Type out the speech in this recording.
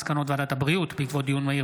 על מסקנות ועדת הבריאות בעקבות דיון מהיר